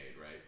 right